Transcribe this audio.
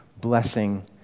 blessing